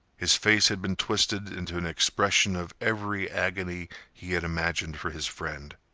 his face had been twisted into an expression of every agony he had imagined for his friend.